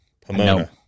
pomona